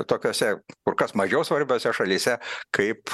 tokiose kur kas mažiau svarbiose šalyse kaip